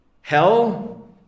hell